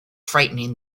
frightening